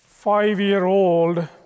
Five-year-old